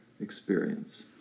experience